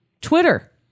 Twitter